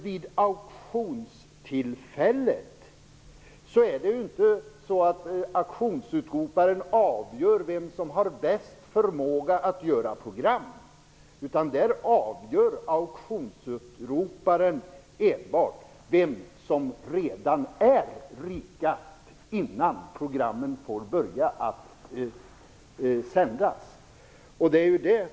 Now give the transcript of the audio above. Vid auktionstillfället avgör inte auktionsutroparen vem som har bäst förmåga att göra program. Då avgör auktionsutroparen enbart vem som redan är rikast, innan programmen sänds.